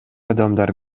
адамдар